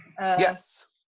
Yes